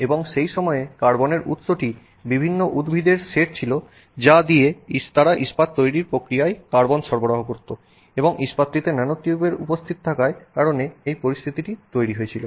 এবং সেই সময়ে কার্বনের উৎসটি বিভিন্ন উদ্ভিদের সেট ছিল যা দিয়ে তারা ইস্পাত তৈরির প্রক্রিয়াতে কার্বন সরবরাহ করত এবং ইস্পাতটিতে ন্যানোটিউব উপস্থিত থাকার কারণে এই পরিস্থিতি তৈরি হয়েছিল